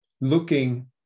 looking